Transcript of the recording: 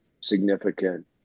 significant